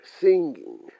singing